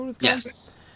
yes